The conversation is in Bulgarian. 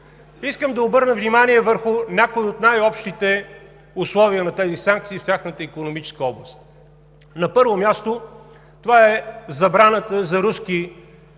Искам да обърна внимание върху някои от най-общите условия на тези санкции в тяхната икономическа област. На първо място, това е забраната за руски